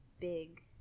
big